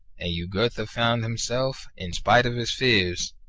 and jugurtha found himself, in spite of his fears,